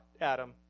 Adam